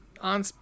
on